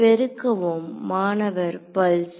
பெருக்கவும் மாணவர் பல்ஸ்